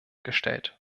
gestellt